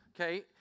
Okay